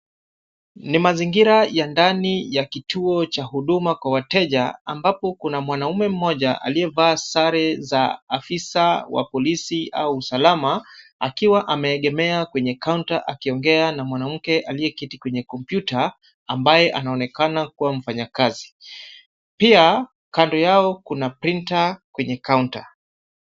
Ni mazingira ya ndani ya kituo cha huduma kwa wateja ambapo kuna mwanaume mmoja aliyevaa sare za afisa wa polisi au usalama, akiwa ameegemea kwenye kaunta akiongea na mwanamke aliyeketi kwenye komputa ambaye anaonekana kuwa mfanyakazi. Pia kando yao kuna printer kwenye kaunta.